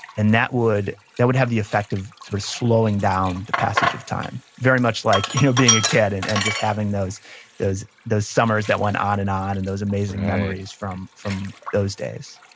and that would that would have the effect of sort of slowing down the passage of time, very much like you know being a kid and and just having those those summers that went on and on, and those amazing memories from from those days